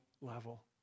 level